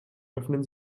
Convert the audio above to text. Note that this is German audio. öffnen